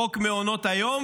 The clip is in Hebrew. חוק מעונות היום.